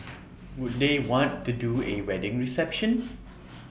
would they want to do A wedding reception